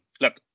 look